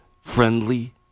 Friendly